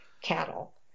cattle